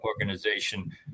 organization